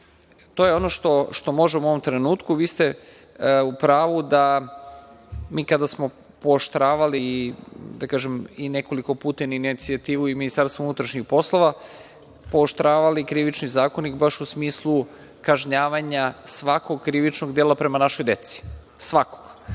je ono što možemo u ovom trenutku. Vi ste u pravu da, mi kada smo pooštravali, da kažem, i nekoliko puta na inicijativu i Ministarstva unutrašnjih poslova, pooštravali Krivični zakonik baš u smislu kažnjavanja svakog krivičnog dela prema našoj deci, svakog.U